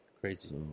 Crazy